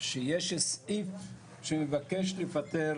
שיש סעיף שמבקש לפטר